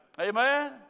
Amen